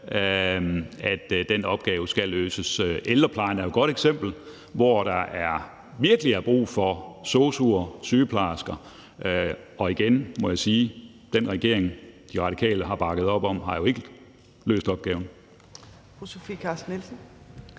efter et valg. Ældreplejen er jo et godt eksempel, hvor der virkelig er brug for sosu'er, sygeplejersker, og igen må jeg sige, at den regering, De Radikale har bakket op om, jo ikke har løst opgaven.